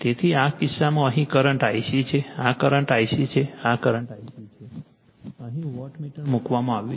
તેથી આ કિસ્સામાં અહીં કરંટ Ic છે આ કરંટ Ic છે આ કરંટ Ic છે અહીં વોટમીટર મૂકવામાં આવ્યું છે